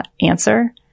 answer